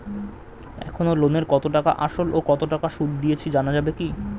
এখনো লোনের কত টাকা আসল ও কত টাকা সুদ দিয়েছি জানা যাবে কি?